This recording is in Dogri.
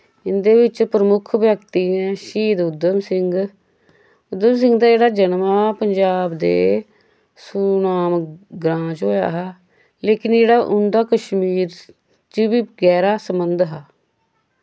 इंदै विच प्रमुक्ख व्यक्ति ऐं श्हीद उधम सिंह उधमसिंह दा जेह्ड़ा जनम हा पंजाब दे सुनाम ग्रां च होया हा लेकिन जेह्ड़ा उंदा कश्मीर च वी गैह्रा संबंध हा